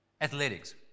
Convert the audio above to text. athletics